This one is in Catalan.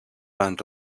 van